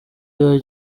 yari